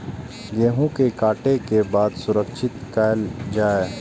गेहूँ के काटे के बाद सुरक्षित कायल जाय?